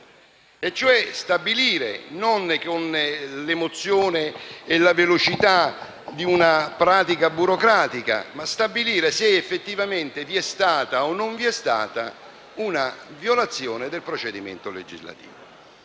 cioè stabilire, non con l'emozione e la velocità di una pratica burocratica, se effettivamente vi è stata o non vi è stata una violazione del procedimento legislativo.